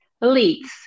leads